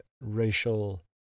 racial